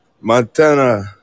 Montana